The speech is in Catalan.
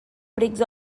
precs